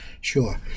Sure